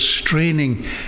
straining